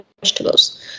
vegetables